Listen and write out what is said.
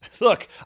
Look